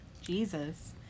Jesus